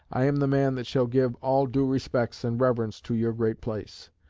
i am the man that shall give all due respects and reverence to your great place.